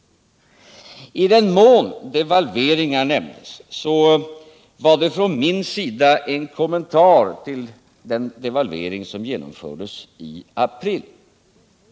I den mån devalveringar nämndes var det från min sida en kommentar till den devalvering som genomfördes i april.